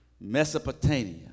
Mesopotamia